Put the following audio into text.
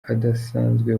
adasanzwe